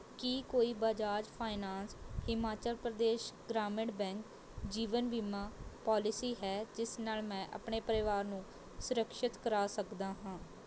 ਕੀ ਕੋਈ Bajaj finance Himachal Pradesh Gramin bank ਜੀਵਨ ਬੀਮਾ ਪੋਲਿਸੀ ਹੈ ਜਿਸ ਨਾਲ਼ ਮੈਂ ਆਪਣੇ ਪਰਿਵਾਰ ਨੂੰ ਸੁਰਕਸ਼ਿਤ ਕਰਾ ਸਕਦਾ ਹਾਂ